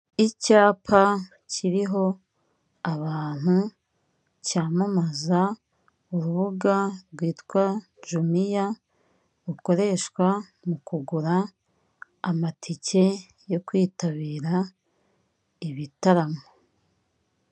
icyapa kiriho abantu cyamamaza urubuga rwitwa "JUMIA" rukoreshwa mu kugura amatike yo kwitabira ibitaramo.